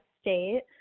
State